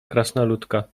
krasnoludka